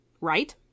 right